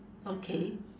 okay